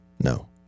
No